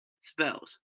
spells